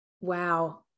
Wow